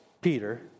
Peter